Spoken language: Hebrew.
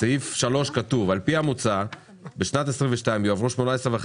בסעיף 3 כתוב: "על פי המוצע בשנת 2022 יועברו 18.5